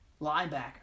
linebacker